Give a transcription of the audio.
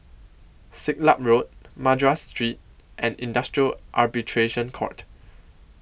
Siglap Road Madras Street and Industrial Arbitration Court